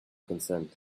concerned